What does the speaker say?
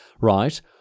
right